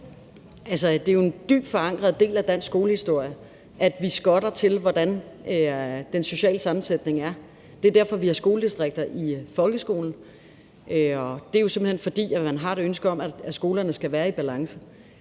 det er en dybt forankret del af dansk skolehistorie, at vi skotter til, hvordan den sociale sammensætning er. Og det er derfor, vi har skoledistrikter i folkeskolen. Det er simpelt hen, fordi man har et ønske om, at skolerne skal være i balance.